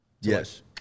Yes